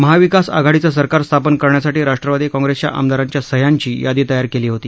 महाविकास आघाडीचं सरकार स्थापन करण्यासाठी राष्ट्रवादी काँग्रेसच्या आमदारांच्या सहयांची यादी तयार केली होती